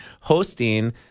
hosting